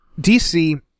DC